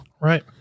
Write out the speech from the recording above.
Right